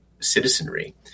citizenry